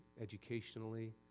educationally